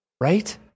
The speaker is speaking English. Right